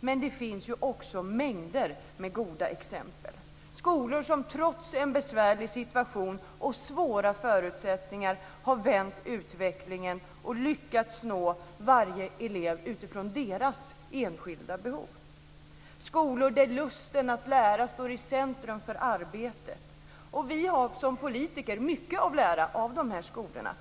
Men det finns också mängder av goda exempel, skolor som trots en besvärlig situation och svåra förutsättningar har vänt utvecklingen och lyckats nå varje elev utifrån dess enskilda behov, skolor där lusten att lära står i centrum för arbetet. Och vi har som politiker mycket att lära av dessa skolor.